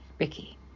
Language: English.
Ricky